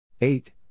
eight